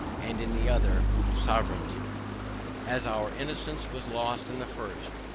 and in the other to sovereignty as our innocence was lost in the first,